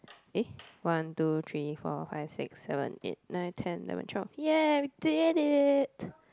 eh one two three for five six seven eight nine ten eleven twelve !yay! we did it